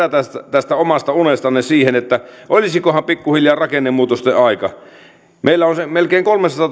tästä omasta unestanne siihen että olisikohan pikkuhiljaa rakennemuutosten aika meillä on melkein